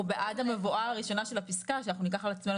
אנחנו בעד המבואה הראשונה של הפסקה שאנחנו ניקח על עצמינו